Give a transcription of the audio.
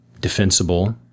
defensible